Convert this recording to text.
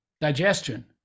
digestion